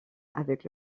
avec